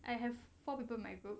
I have four people my group